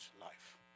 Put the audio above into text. life